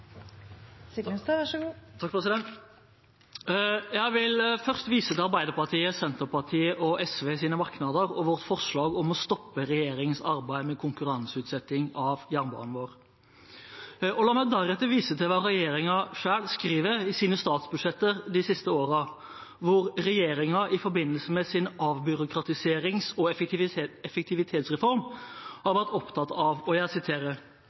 Jeg vil først vise til merknadene fra Arbeiderpartiet, Senterpartiet og SV og vårt forslag om å stoppe regjeringens arbeid med konkurranseutsetting av jernbanen vår. La meg deretter vise til hva regjeringen selv skriver i sine statsbudsjetter de siste årene, hvor regjeringen i forbindelse med sin avbyråkratiserings- og effektivitetsreform har vært opptatt av